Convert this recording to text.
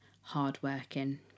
hardworking